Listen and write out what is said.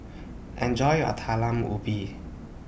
Enjoy your Talam Ubi